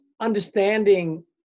understanding